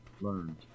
learned